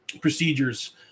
procedures